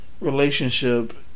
relationship